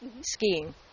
skiing